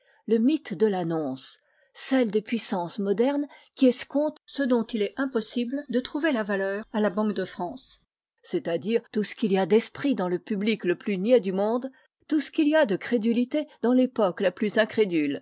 le mythe de va tnonce celle des puissances modernes qui escompte ce dont il est impossible de trouver la valeur à la banque de france c'est-àdire tout ce qu'il y a d'esprit dans le public le plus niais du monde tout ce qu'il y a de crédulité dans l'époque la plus